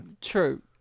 true